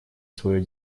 свое